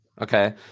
Okay